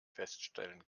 feststellen